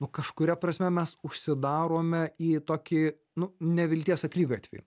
nu kažkuria prasme mes užsidarome į tokį nu nevilties akligatvį